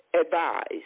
advised